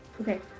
Okay